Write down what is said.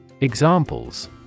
Examples